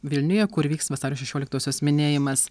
vilniuje kur vyks vasario šešioliktosios minėjimas